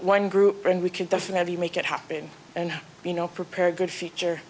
one group and we can definitely make it happen and you know prepare a good future